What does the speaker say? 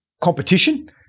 competition